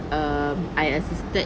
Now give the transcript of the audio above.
um I assisted